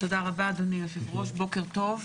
תודה רבה, אדוני היושב-ראש, בוקר טוב,